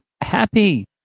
happy